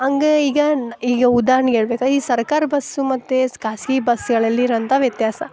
ಹಂಗ ಈಗ ನ್ ಈಗ ಉದಾಹರ್ಣೆಗ್ ಹೇಳ್ಬೇಕಾ ಈ ಸರ್ಕಾರ ಬಸ್ ಮತ್ತು ಖಾಸ್ಗಿ ಬಸ್ಸುಗಳಲ್ಲಿ ಇರೋಂಥ ವ್ಯತ್ಯಾಸ